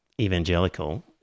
evangelical